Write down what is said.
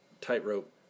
tightrope